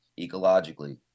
ecologically